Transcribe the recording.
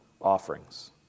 offerings